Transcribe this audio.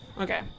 okay